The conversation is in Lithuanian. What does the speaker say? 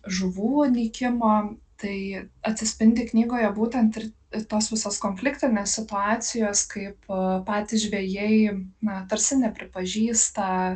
žuvų nykimo tai atsispindi knygoje būtent ir tos visos konfliktinės situacijos kaip patys žvejai na tarsi nepripažįsta